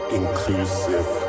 inclusive